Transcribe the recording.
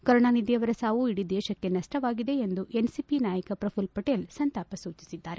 ಕರುಣಾನಿಧಿ ಅವರ ಸಾವು ಇಡೀ ದೇಶಕ್ಕೆ ನಷ್ಟವಾಗಿದೆ ಎಂದು ಎನ್ಸಿಪಿ ನಾಯಕ ಪ್ರಘುಲ್ ಪಟೇಲ್ ಸಂತಾಪ ಸೂಚಿಸಿದ್ದಾರೆ